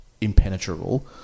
impenetrable